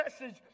message